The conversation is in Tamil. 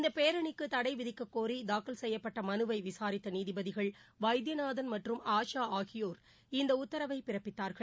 இந்தப் பேரணிக்கு தடைவிதிக்கக் கோரி தாக்கல் செய்யப்பட்ட மனுவை விசாரித்த நீதிபதிகள் வைத்தியநாதன் மற்றும் ஆஷா ஆகியோர் இந்த உத்தரவைப் பிறப்பித்தார்கள்